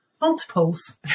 multiples